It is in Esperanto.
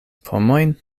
pomojn